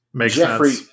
Jeffrey